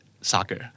soccer